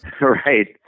Right